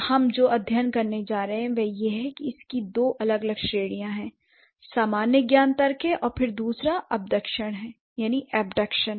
हम जो अध्ययन करने जा रहे हैं वह यह है कि इसकी दो अलग अलग श्रेणियां हैं एक सामान्य ज्ञान तर्क है और फिर दूसरी अबदक्षण है